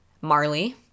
Marley